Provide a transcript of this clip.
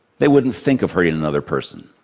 they wouldn't think of hurting another person.